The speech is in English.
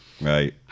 Right